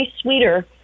sweeter